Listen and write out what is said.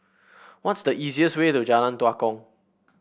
what's the easiest way to Jalan Tua Kong